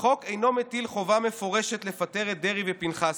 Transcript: "החוק אינו מטיל חובה מפורשת לפטר את דרעי ופנחסי.